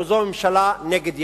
שזו ממשלה נגד ילדים.